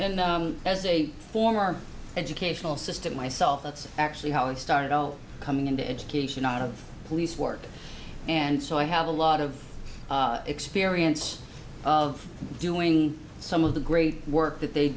and as a form our educational system myself that's actually how it started all coming into education out of police work and so i have a lot of experience of doing some of the great work that they